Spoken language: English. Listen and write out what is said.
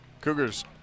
Cougars